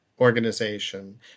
organization